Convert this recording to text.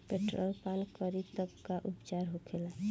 Petrol पान करी तब का उपचार होखेला?